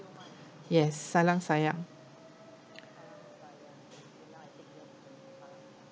yes salang sayang